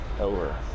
over